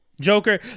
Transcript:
joker